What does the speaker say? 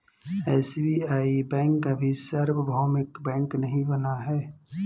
SBI bank अभी सार्वभौमिक bank नहीं बना है